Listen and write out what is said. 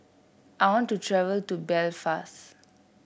I want to travel to Belfast